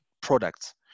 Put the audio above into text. products